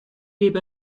lebe